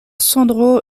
sandro